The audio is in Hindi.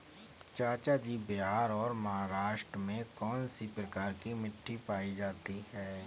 चाचा जी बिहार और महाराष्ट्र में कौन सी प्रकार की मिट्टी पाई जाती है?